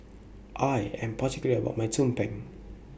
I Am particular about My Tumpeng